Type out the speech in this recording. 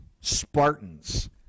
Spartans